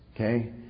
Okay